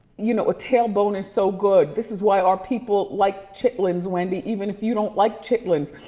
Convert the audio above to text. you know a tailbone is so good. this is why our people like chitlins, wendy, even if you don't like chitlins.